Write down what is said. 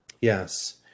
yes